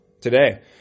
Today